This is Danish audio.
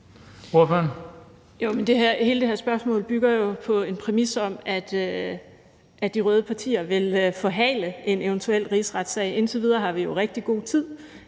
hvorfor